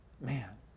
man